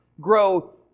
grow